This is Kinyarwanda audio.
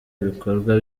ibikorwa